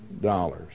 dollars